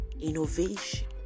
innovation